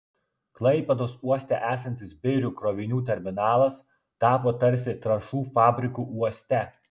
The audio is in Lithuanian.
klaipėdos uoste esantis birių krovinių terminalas tapo tarsi trąšų fabriku uoste